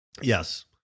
Yes